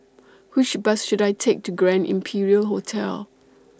Which Bus should I Take to Grand Imperial Hotel